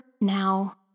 now